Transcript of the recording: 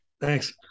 Thanks